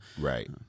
Right